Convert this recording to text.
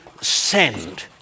send